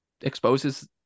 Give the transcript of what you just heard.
exposes